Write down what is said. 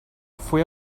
fue